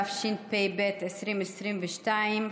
התשפ"ב 2022,